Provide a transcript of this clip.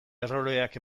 erroreak